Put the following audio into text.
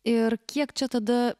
ir kiek čia tada